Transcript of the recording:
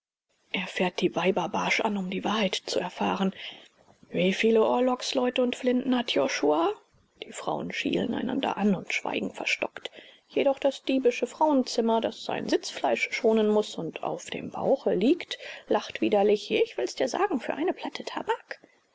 er fährt die weiber barsch an um die wahrheit zu erfahren wie viele orlogsleute und flinten hat josua die frauen schielen einander an und schweigen verstockt jedoch das diebische frauenzimmer das sein sitzfleisch schonen muß und aus dem bauche liegt lacht widerlich ich will es dir sagen für eine platte tabak